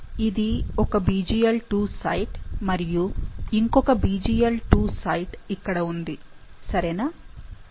ఇది ఒక BglII site మరియు ఇంకొక BglII సైట్ ఇక్కడ ఉంది సరేనా